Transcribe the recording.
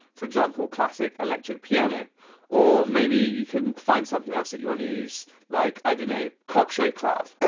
for example classic, electric, piano or maybe you could find something else that you want to use like, i don't know, cop show clap.